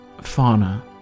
Fauna